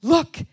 Look